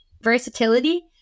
versatility